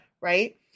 Right